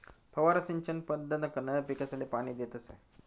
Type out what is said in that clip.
फवारा सिंचन पद्धतकंन पीकसले पाणी देतस